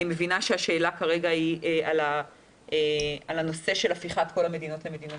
אני מבינה שהשאלה כרגע היא על הפיכת כל המדינות לאדומות.